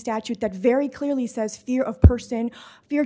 statute that very clearly says fear of person